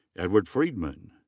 edward friedman.